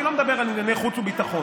אני לא מדבר על ענייני חוץ וביטחון,